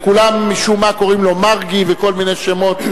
אדוני היושב-ראש,